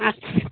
আচ্ছা